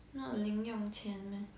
not 零用钱 meh